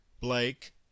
blake